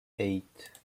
eight